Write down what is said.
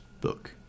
book